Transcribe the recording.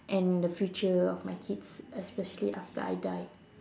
and the future of my kids especially after I die